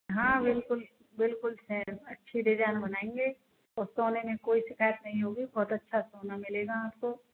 हाँ बिल्कुल बिल्कुल चेन अच्छी डिजाइन बनाएंगे और सोने में कोई शिकायत नहीं होगी बहुत अच्छा सोना मिलेगा आपको